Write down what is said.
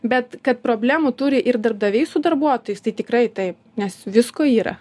bet kad problemų turi ir darbdaviai su darbuotojais tai tikrai taip nes visko yra